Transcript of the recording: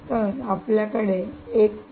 तर आपल्याकडे 1